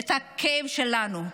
את הכאב שלנו.